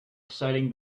exciting